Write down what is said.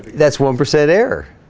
that's one percent error